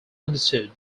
understood